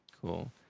cool